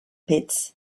pits